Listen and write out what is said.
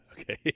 okay